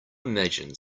imagine